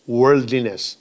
worldliness